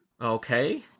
Okay